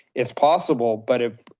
it's possible, but if